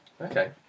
Okay